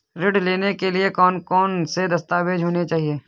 ऋण लेने के लिए कौन कौन से दस्तावेज होने चाहिए?